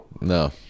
No